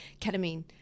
ketamine